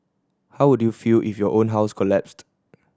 how would you feel if your own house collapsed